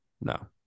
no